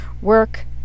work